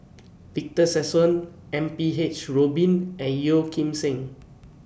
Victor Sassoon M P H Rubin and Yeo Kim Seng